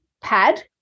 pad